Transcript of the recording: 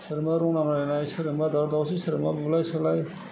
सोरजोंबा रं नाम्बार जानाय सोरजोंबा दावराव दावसि सोरजोंबा बुलाय सोलाय